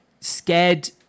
scared